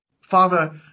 Father